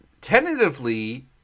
Tentatively